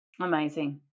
Amazing